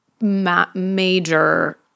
major-